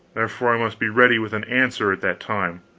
therefore, i must be ready with an answer at that time